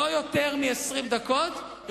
לא יותר מ-20 דקות,